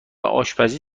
آشپزی